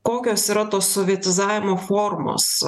kokios yra tos sovietizavimo formos